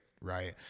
Right